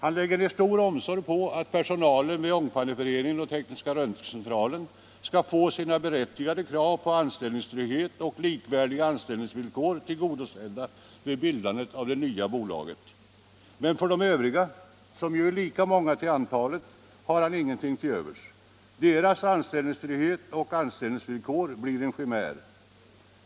Han lägger ned stor omsorg på att personalen vid Ångpanneföreningen och Tekniska Röntgencentralen skall få sina berättigade krav på anställningstrygghet och likvärdiga anställningsvillkor tillgodosedda vid bildandet av det nya bolaget. Men för de övriga — som är lika många till antalet — har han ingenting till övers. Deras anställningstrygghet och anställningsvillkor blir en chimär.